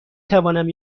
توانم